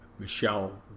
Michelle